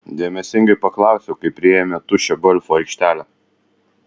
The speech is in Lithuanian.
dėmesingai paklausiau kai priėjome tuščią golfo aikštelę